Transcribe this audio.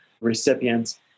recipients